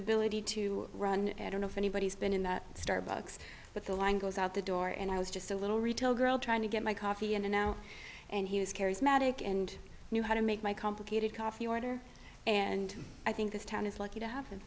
ability to run and don't know if anybody's been in that starbucks but the line goes out the door and i was just a little retail girl trying to get my coffee in a now and he was charismatic and knew how to make my complicated coffee order and i think this town is lucky to have